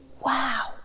Wow